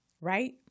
right